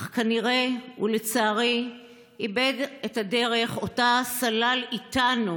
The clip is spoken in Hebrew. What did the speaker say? אך כנראה הוא לצערי איבד את הדרך שסלל איתנו